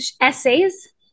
essays